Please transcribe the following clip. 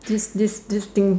this this this thing